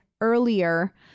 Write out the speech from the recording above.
earlier